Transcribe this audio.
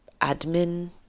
admin